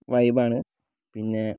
വൈബാണ് പിന്നെ